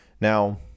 Now